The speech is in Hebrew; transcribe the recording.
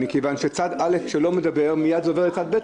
מכוון שצד א' שלא מדבר מייד עובר לצד ב',